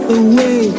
away